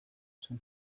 zen